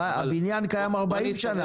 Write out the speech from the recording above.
הבניין קיים 40 שנה.